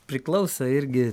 priklauso irgi